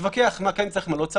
נתווכח על מה שצריך או לא,